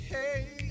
Hey